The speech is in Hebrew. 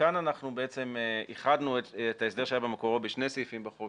כאן אנחנו איחדנו את ההסדר שהיה במקורו בשני סעיפים בחוק,